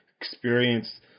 experience